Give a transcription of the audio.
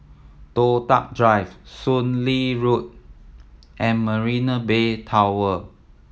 Toh Tuck Drive Soon Lee Road and Marina Bay Tower